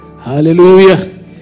Hallelujah